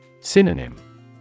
Synonym